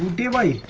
you might